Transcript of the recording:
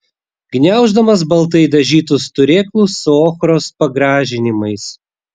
gniauždamas baltai dažytus turėklus su ochros pagražinimais